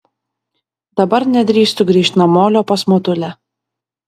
dabar nedrįstu grįžt namolio pas motulę